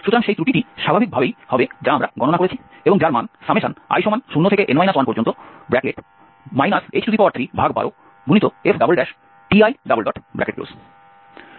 সুতরাং সেই ত্রুটিটি স্বাভাবিকভাবেই হবে যা আমরা গণনা করেছি এবং যার মান i0n 1 h312f